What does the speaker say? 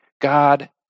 God